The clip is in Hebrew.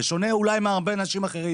בשונה אולי מהרבה אנשים אחרים.